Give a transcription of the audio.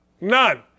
None